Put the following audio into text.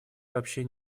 вообще